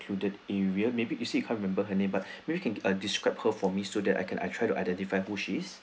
the area may be you see you can't remember her name but we can are described her for me so that I can I try to identify who is she